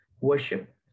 worship